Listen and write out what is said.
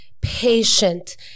patient